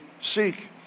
seek